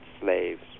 slaves